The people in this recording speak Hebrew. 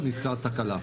קרתה התקלה.